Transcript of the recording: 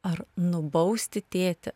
ar nubausti tėtį